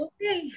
Okay